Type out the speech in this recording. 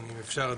המידע נאסף אצלכם,